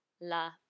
la